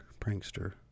prankster